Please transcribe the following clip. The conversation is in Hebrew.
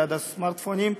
ליד הסמארטפונים,